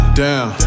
down